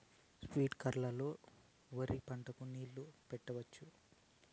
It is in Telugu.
స్ప్రింక్లర్లు లో వరి పంటకు నీళ్ళని పెట్టొచ్చా?